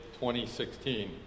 2016